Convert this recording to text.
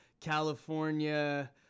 California